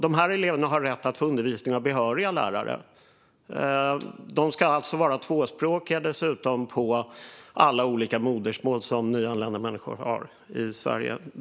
De här eleverna har rätt att få undervisning av behöriga lärare, som alltså dessutom ska vara tvåspråkiga - och det handlar om alla olika modersmål som nyanlända människor i Sverige har.